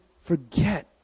forget